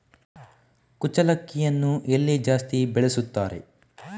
ಕುಚ್ಚಲಕ್ಕಿಯನ್ನು ಎಲ್ಲಿ ಜಾಸ್ತಿ ಬೆಳೆಸುತ್ತಾರೆ?